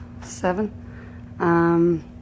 seven